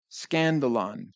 Scandalon